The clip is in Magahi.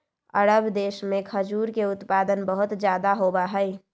अरब देश में खजूर के उत्पादन बहुत ज्यादा होबा हई